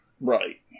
Right